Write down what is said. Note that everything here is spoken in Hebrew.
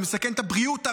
זה מסכן את הבריאות,